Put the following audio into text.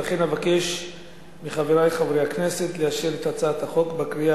אבקש מחברי חברי הכנסת לאשר את הצעת החוק בקריאה